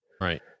Right